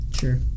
sure